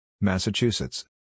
Massachusetts